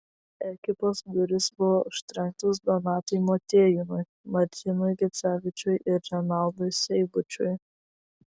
ekipos durys buvo užtrenktos donatui motiejūnui martynui gecevičiui ir renaldui seibučiui